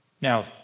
Now